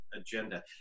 agenda